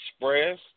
Express